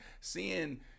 seeing